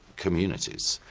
communities.